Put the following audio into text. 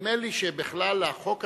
נדמה לי שבכלל החוק הזה,